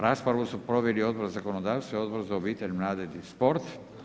Raspravu su proveli Odbor za zakonodavstvo i Odbor za obitelj, mladež i sport.